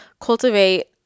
cultivate